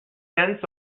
cents